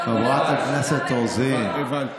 חברת הכנסת רוזין.